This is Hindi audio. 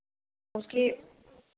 उसके लिए